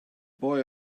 boy